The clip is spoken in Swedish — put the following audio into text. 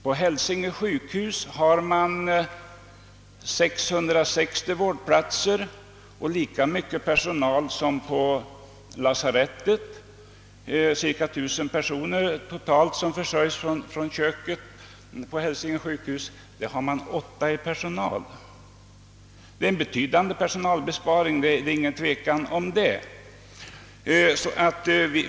På Hälsinge sjukhus har man 660 vårdplatser. Totalt cirka 1000 personer försörjs från köket på Hälsinge sjukhus, men där uppgår kökspersonalen bara till 8 perso: ner. Det är utan tvivel en betydand:t personalbesparing.